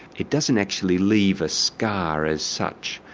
it doesn't actually leave a scar as such,